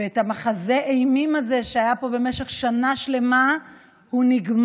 מחזה האימים הזה שהיה פה במשך שנה שלמה נגמר,